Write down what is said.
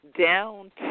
down